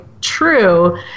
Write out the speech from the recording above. true